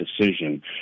decision